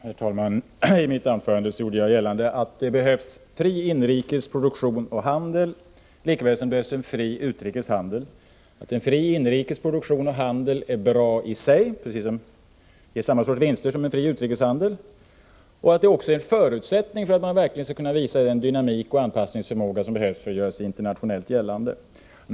Herr talman! I mitt anförande gjorde jag gällande att det behövs en fri inrikes produktion och handel lika väl som en fri utrikeshandel. En fri inrikes produktion och handel är bra i sig och ger samma sorts vinster som en fri utrikeshandel. Det är också en förutsättning för att man verkligen skall kunna visa den dynamik och anpassningsförmåga som behövs för att göra sig internationellt gällande.